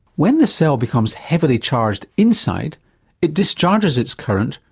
when the cell becomes heavily charged inside it discharges its current,